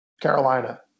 Carolina